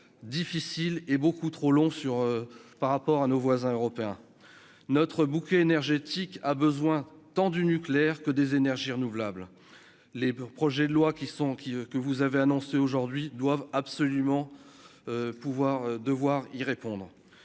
difficile et beaucoup trop long sur par rapport à nos voisins européens, notre bouquet énergétique a besoin tant du nucléaire que des énergies renouvelables, les projets de loi qui sont, qui que vous avez annoncé aujourd'hui doivent absolument pouvoir devoir y répondre,